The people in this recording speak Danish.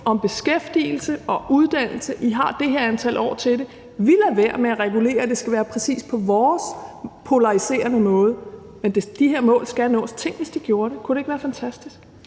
om beskæftigelse og uddannelse, at de havde et antal år til det, og at vi lod være med at regulere, at det skulle være præcis på vores polariserende måde, men at de her mål skulle nås. Tænk, hvis de gjorde det. Kunne det ikke være fantastisk?